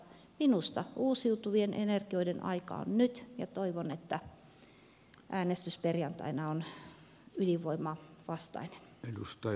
minusta uusiutuvien energioiden aika on nyt ja toivon että äänestys perjantaina on ydinvoimavastainen